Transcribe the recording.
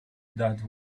that